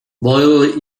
boyle